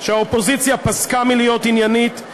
שהאופוזיציה פסקה מלהיות עניינית.